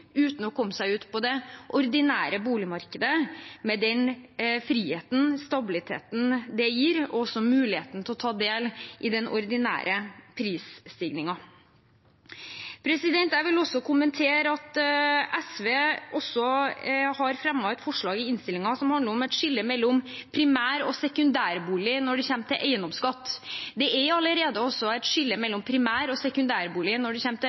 uten å komme seg ut på det ordinære boligmarkedet med den friheten og stabiliteten det gir, samt muligheten til å ta del i den ordinære prisstigningen. Jeg vil også kommentere at SV dessuten har fremmet et forslag i innstillingen som handler om et skille mellom primær- og sekundærbolig når det gjelder eiendomsskatt. Det er allerede et skille mellom primær- og sekundærbolig når